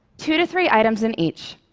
two to three items in each.